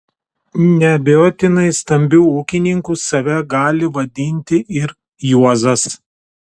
neabejotinai stambiu ūkininku save gali vadinti ir juozas